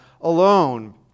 alone